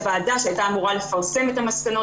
הוועדה שהייתה אמורה לפרסם את המסקנות